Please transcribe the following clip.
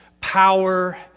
power